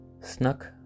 snuck